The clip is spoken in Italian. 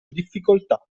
difficoltà